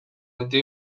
anti